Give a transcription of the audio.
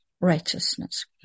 righteousness